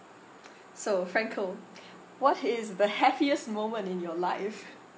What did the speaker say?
so frankel what is the happiest moment in your life